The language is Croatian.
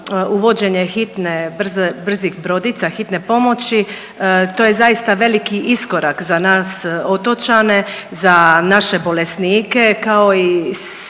uvođenje hitne, brze, brzih brodica Hitne pomoći to je zaista veliki iskorak za nas otočane, za naše bolesnike, kao i